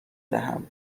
دهم